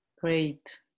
Great